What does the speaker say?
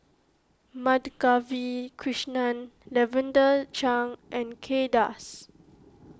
Madhavi Krishnan Lavender Chang and Kay Das